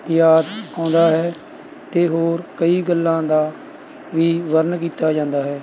ਯਾਦ ਆਉਂਦਾ ਹੈ ਅਤੇ ਹੋਰ ਕਈ ਗੱਲਾਂ ਦਾ ਵੀ ਵਰਨਣ ਕੀਤਾ ਜਾਂਦਾ ਹੈ